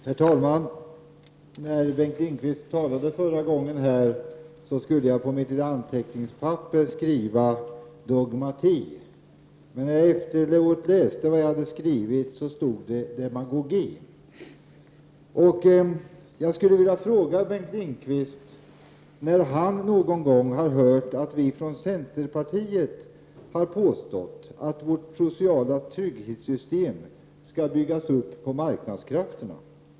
Herr talman! När Bengt Lindqvist talade förra gången skulle jag på mitt lilla anteckningsblock skriva dogmatik. När jag efteråt läste vad jag hade skrivit stod det demagogi. från centerpartiet har påstått att vårt sociala trygghetssystem skall byggas upp på marknadskrafterna.